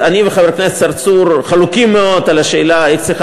אני וחבר הכנסת צרצור חלוקים מאוד בשאלה איך צריכה